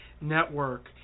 Network